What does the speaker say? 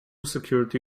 security